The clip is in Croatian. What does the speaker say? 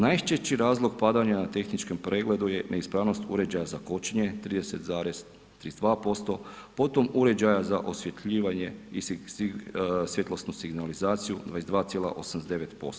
Najčešći razlog padanja na tehničkom pregledu je neispravnost uređaja za kočenje, 30,32%, potom uređaja za osvjetljivanja i svjetlosnu signalizaciju, 22,89%